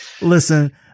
Listen